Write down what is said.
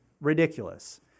ridiculous